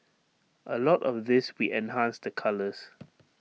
A lot of this we enhanced the colours